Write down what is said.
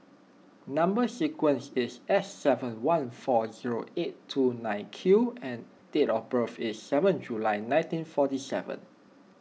Number Sequence is S seven one four zero eight two nine Q and date of birth is seven July nineteen forty seven